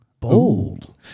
bold